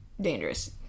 dangerous